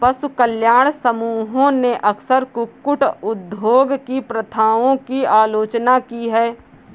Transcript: पशु कल्याण समूहों ने अक्सर कुक्कुट उद्योग की प्रथाओं की आलोचना की है